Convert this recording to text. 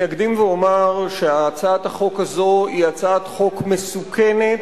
אני אקדים ואומר שהצעת החוק הזאת היא הצעת חוק מסוכנת,